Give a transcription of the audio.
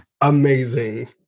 Amazing